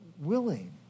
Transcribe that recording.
willing